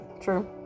True